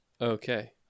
Okay